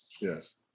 Yes